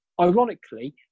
Ironically